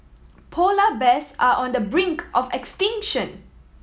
polar bears are on the brink of extinction